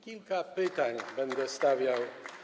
Kilka pytań będę stawiał.